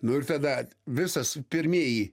nu ir tada visas pirmieji